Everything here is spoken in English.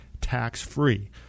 tax-free